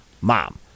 mom